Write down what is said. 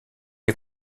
est